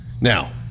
Now